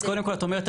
אז קודם כל את אומרת,